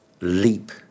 ...leap